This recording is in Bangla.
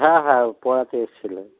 হ্যাঁ হ্যাঁ পড়াতে এসছিলেন